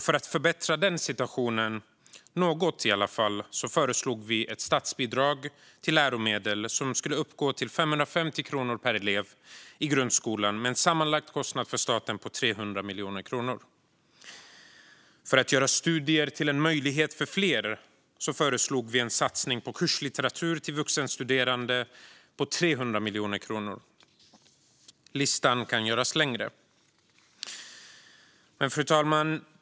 För att förbättra den situationen i varje fall något föreslog vi ett statsbidrag till läromedel som skulle uppgå till 550 kronor per elev i grundskolan, till en sammanlagd kostnad för staten på 300 miljoner kronor. För att göra studier till en möjlighet för fler föreslog vi en satsning på kurslitteratur till vuxenstuderande på 300 miljoner kronor. Listan kan göras längre. Fru talman!